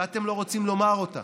ואתם לא רוצים לומר אותה.